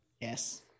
Yes